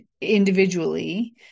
individually